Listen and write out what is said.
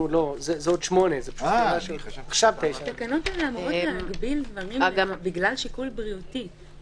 זה עוד 8. עכשיו 9. בגלל שיקול בריאותי,